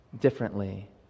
differently